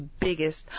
biggest